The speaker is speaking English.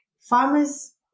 farmers